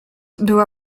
była